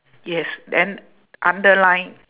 yes then underline